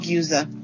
user